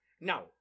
Now